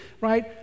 right